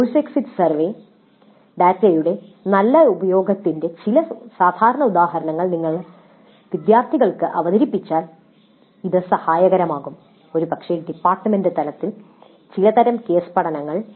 course exit survey ഡാറ്റയുടെ നല്ല ഉപയോഗത്തിന്റെ ചില സാധാരണ ഉദാഹരണങ്ങൾ വിദ്യാർത്ഥികൾക്ക് അവതരിപ്പിച്ചാൽ ഇത് സഹായകരമാകും ഒരുപക്ഷേ ഡിപ്പാർട്ട്മെന്റ് തലത്തിൽ ചിലതരം കേസ് പഠനങ്ങൾ